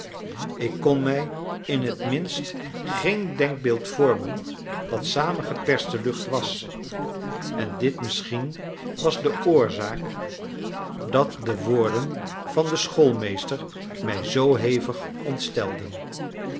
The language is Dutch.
ik kon mij in het minst geen denkbeeld vormen wat samengeperste lucht was en dit misschien was de oorzaak dat de woorden van den schoolmeester mij zoo hevig